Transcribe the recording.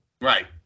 Right